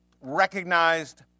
recognized